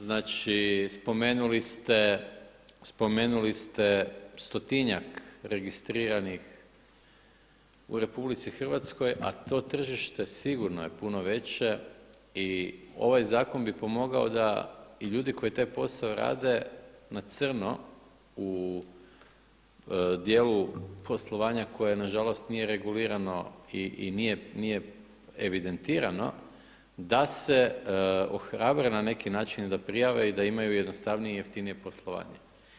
Znači, spomenuli ste stotinjak registriranih u RH, a to tržište sigurno je puno veće i ovaj zakon bi pomogao da i ljudi koji taj posao rade na crno u dijelu poslovanja koje na žalost nije regulirano i nije evidentirano da se ohrabre na neki način i da prijave i da imaju jednostavnije i jeftinije poslovanje.